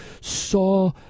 saw